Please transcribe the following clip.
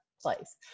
place